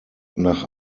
nach